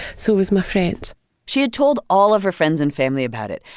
so was my friend she had told all of her friends and family about it,